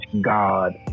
God